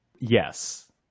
yes